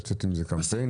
לצאת עם איזה קמפיין?